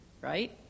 Right